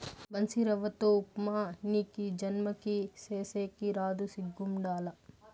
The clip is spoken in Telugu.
బన్సీరవ్వతో ఉప్మా నీకీ జన్మకి సేసేకి రాదు సిగ్గుండాల